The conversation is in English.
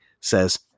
says